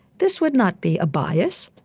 this would not be a bias.